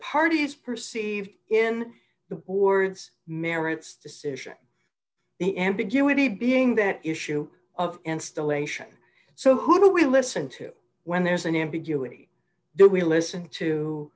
parties perceived in the board's merits decision the ambiguity being that issue of installation so who do we listen to when there's an ambiguity do we listen to